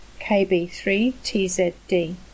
KB3TZD